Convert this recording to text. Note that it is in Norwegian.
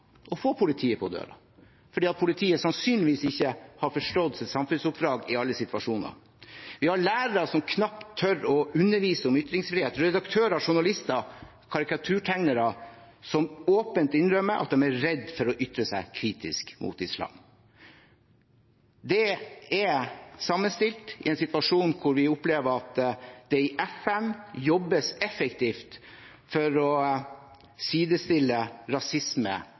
å få politiet på døren, fordi politiet sannsynligvis ikke har forstått sitt samfunnsoppdrag i alle situasjoner. Vi har lærere som knapt tør å undervise om ytringsfrihet, redaktører, journalister og karikaturtegnere som åpent innrømmer at de er redd for å ytre seg kritisk mot islam. Det er sammenstilt i en situasjon hvor vi opplever at det i FN jobbes effektivt for å sidestille rasisme